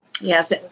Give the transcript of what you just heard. Yes